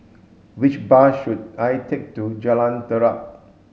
which bus should I take to Jalan Terap